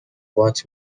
وات